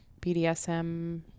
bdsm